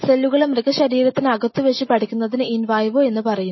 സെല്ലുകളെ മൃഗശരീരത്തിന് അകത്തു വെച്ച് പഠിക്കുന്നതിന് ഇൻ വൈവോ എന്ന് പറയുന്നു